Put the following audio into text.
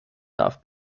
darf